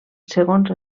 segons